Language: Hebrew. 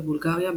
בבולגריה,